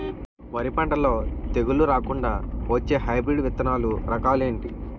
వరి పంటలో తెగుళ్లు రాకుండ వచ్చే హైబ్రిడ్ విత్తనాలు రకాలు ఏంటి?